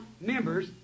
members